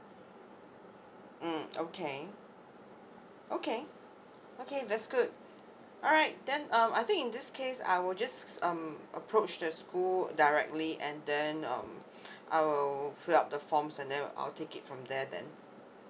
mm okay okay okay that's good alright then um I think in this case I will just um approach the school directly and then um I will fill up the forms and then I will take it from there then